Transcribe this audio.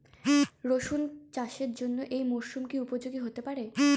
রসুন চাষের জন্য এই মরসুম কি উপযোগী হতে পারে?